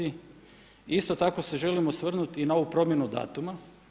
Isto tako se želim osvrnuti i na ovu promjenu datuma.